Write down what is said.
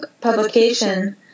publication